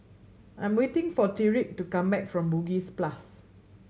I am waiting for Tyrik to come back from Bugis plus